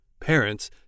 Parents